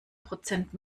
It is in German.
prozent